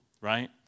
right